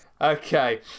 Okay